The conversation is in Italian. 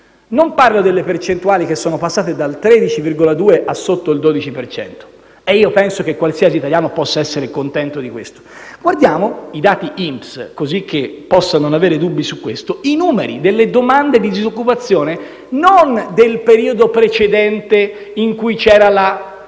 Non parlo delle percentuali, che sono passate dal 13,2 a sotto il 12 per cento - e penso che qualsiasi italiano possa essere contento di questo - ma, guardando i dati INPS, cosicché non possa avere dubbi su questo, dei numeri delle domande di disoccupazione, e non del periodo precedente in cui c'era